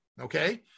okay